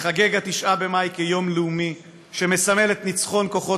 ייחגג 9 במאי כיום לאומי שמסמל את ניצחון כוחות